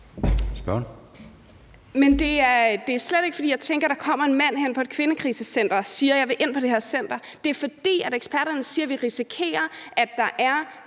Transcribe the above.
det er slet ikke, fordi jeg tænker, at der kommer en mand hen på et kvindekrisecenter og siger: Jeg vil ind på det her center. Det er, fordi eksperterne siger, at vi risikerer, at der er